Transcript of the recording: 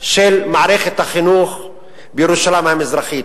של מערכת החינוך בירושלים המזרחית,